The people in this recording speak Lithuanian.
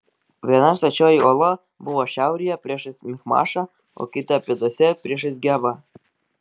viena stačioji uola buvo šiaurėje priešais michmašą o kita pietuose priešais gebą